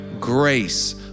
grace